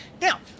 Now